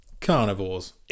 carnivores